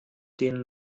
den